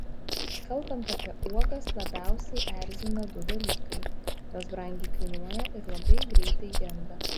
kalbant apie uogas labiausiai erzina su dalykai jos brangiai kainuoja ir labai greitai genda